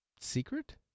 secret